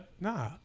Nah